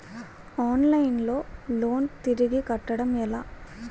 Online లో loan తిరిగి కట్టడం ఎలా?